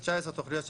ב-19 תוכניות,